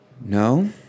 No